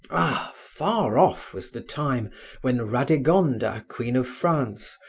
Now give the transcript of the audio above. ah! far off was the time when radegonda, queen of france,